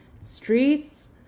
Streets